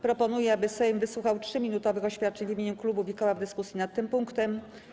Proponuję, aby Sejm wysłuchał 3-minutowych oświadczeń w imieniu klubów i koła w dyskusji nad tym punktem.